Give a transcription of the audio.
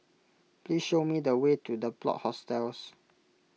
please show me the way to the Plot Hostels